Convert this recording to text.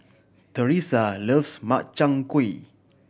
Teresa loves Makchang Gui